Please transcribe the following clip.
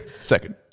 Second